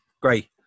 great